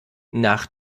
nach